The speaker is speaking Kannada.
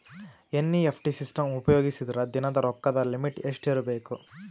ಎನ್.ಇ.ಎಫ್.ಟಿ ಸಿಸ್ಟಮ್ ಉಪಯೋಗಿಸಿದರ ದಿನದ ರೊಕ್ಕದ ಲಿಮಿಟ್ ಎಷ್ಟ ಇರಬೇಕು?